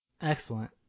Excellent